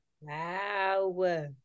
wow